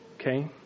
okay